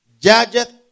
judgeth